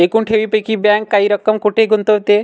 एकूण ठेवींपैकी बँक काही रक्कम कुठे गुंतविते?